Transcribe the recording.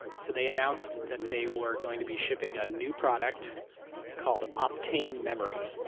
so they announced that they were going to be shipping a new product called optane memory.